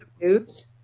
news